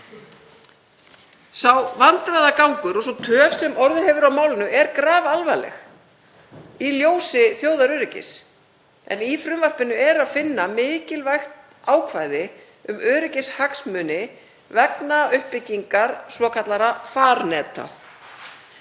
Sá vandræðagangur og sú töf sem orðið hefur á málinu er grafalvarleg í ljósi þjóðaröryggis en í frumvarpinu er að finna mikilvægt ákvæði um öryggishagsmuni vegna uppbyggingar svokallaðra farneta.